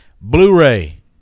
Blu-ray